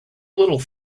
little